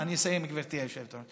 אני אסיים, גברתי היושבת-ראש.